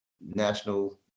national